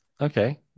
Okay